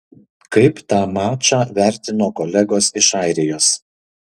kaip tą mačą vertino kolegos iš airijos